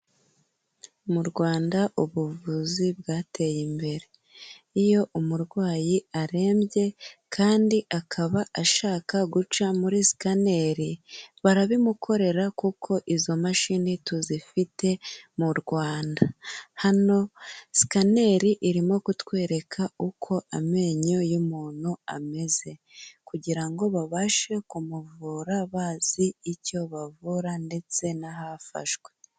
Mu Rwanda ubuvuzi bwateye imbere. Iyo umurwayi arembye kandi akaba ashaka guca muri scanner barabimukorera kuko izo mashini tuzifite mu Rwanda. Hano scanner irimo kutwereka uko amenyo y'umuntu ameze, kugira ngo babashe kumuvura bazi icyo bavura ndetse n'ahafashwe.